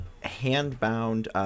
hand-bound